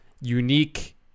unique